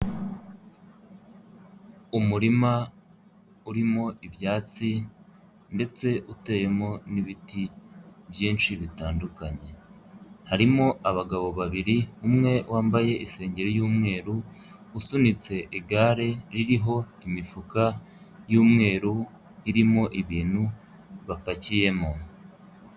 Umurima urimo ibyatsi ndetse uteyemo n'ibiti byinshi bitandukanye, harimo abagabo babiri umwe wambaye isengeri y'umweru usunitse igare ririho imifuka y'umweru, irimo ibintu bapakiyemo.